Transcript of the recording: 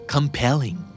Compelling